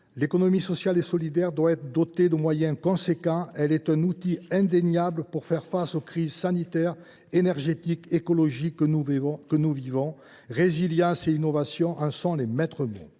fondamental. L’ESS doit donc être dotée de moyens conséquents. Elle est un outil indéniable pour faire face aux crises sanitaire, énergétique et écologique que nous vivons. Résilience et innovation en sont ses maîtres mots.